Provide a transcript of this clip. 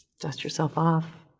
dust yourself off,